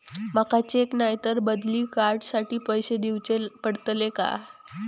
माका चेक नाय तर बदली कार्ड साठी पैसे दीवचे पडतले काय?